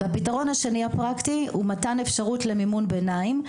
הפתרון הפרקטי השני הוא מתן אפשרות למימון ביניים.